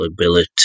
ability